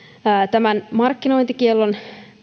tämän markkinointikiellon